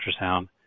ultrasound